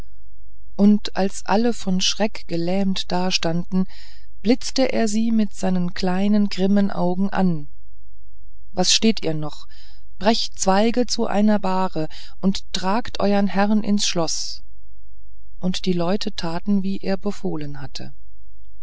und als alle von schreck gelähmt dastanden blitzte er sie mit seinen kleinen grimmen augen an was steht ihr noch brecht zweige zu einer bahre und tragt euren herrn ins schloß und die leute taten wie er befohlen hatte